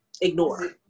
ignore